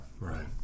Right